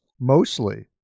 mostly